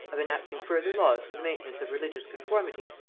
of enacting further laws for the maintenance of religious conformity,